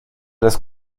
das